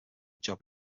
job